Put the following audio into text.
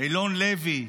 אילון לוי,